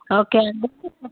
okay అండి